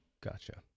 Gotcha